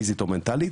פיזית או מנטלית.